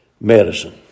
medicine